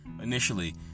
initially